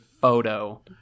photo